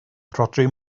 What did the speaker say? rhodri